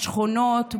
בשכונות,